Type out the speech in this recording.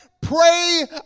pray